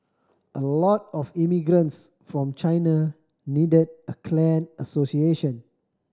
a lot of immigrants from China needed a clan association